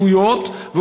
אפויות,